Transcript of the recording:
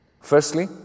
Firstly